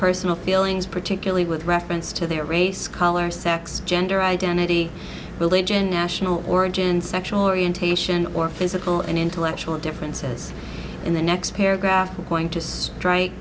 personal feelings particularly with reference to their race color sex gender identity religion national origin sexual orientation or physical and intellectual differences in the next paragraph going to strike